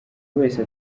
wese